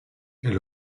elle